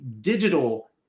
digital